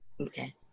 Okay